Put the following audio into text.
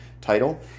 title